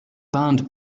band